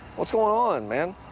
what's going on, man?